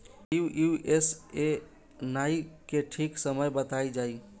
Pusa nine के ठीक समय बताई जाई?